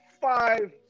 five